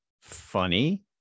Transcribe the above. funny